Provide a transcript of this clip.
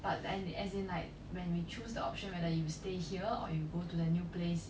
but